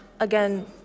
again